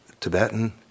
Tibetan